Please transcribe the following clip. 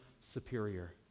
superior